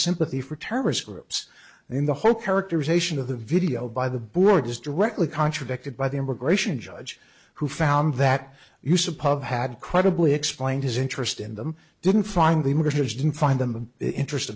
sympathy for terrorist groups in the whole characterization of the video by the board is directly contradicted by the immigration judge who found that use a pub had credibly explained his interest in them didn't find the images didn't find them the interest